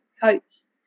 coats